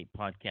podcast